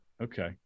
Okay